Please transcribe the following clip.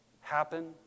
happen